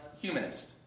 humanist